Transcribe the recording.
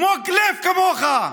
מוג לב כמוך.